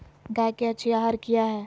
गाय के अच्छी आहार किया है?